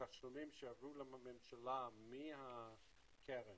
התשלומים שיעברו לממשלה מהקרן